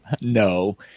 No